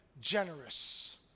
generous